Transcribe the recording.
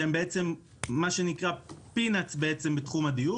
שהם למעשה פתרונות זעומים בתחום הדיור